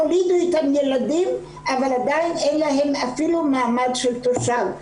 הולידו איתן ילדים אבל אין להן אפילו מעמד של תושב.